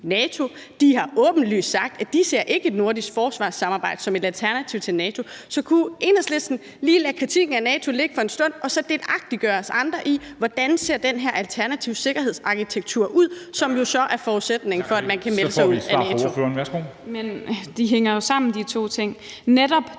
NATO. De har åbenlyst sagt, at de ikke ser et nordisk forsvarssamarbejde som et alternativ til NATO. Så kunne Enhedslisten lige lade kritikken af NATO ligge for en stund og så delagtiggøre os andre i, hvordan den her alternative sikkerhedsarkitektur ser ud, som jo så er forudsætningen for, at man kan melde sig ud af NATO? Kl. 15:13 Formanden : Tak for det.